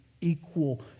equal